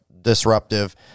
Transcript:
disruptive